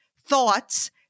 thoughts